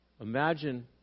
Imagine